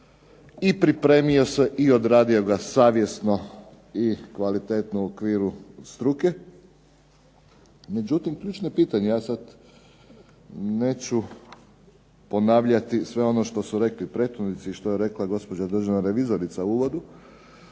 i pripremio se i odradio ga savjesno i kvalitetno u okviru struke. Međutim, ključno je pitanje. Ja sad neću ponavljati sve ono što su rekli prethodnici i što je rekla gospođa državna revizorica u uvodu